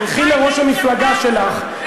תלכי לראש המפלגה שלך,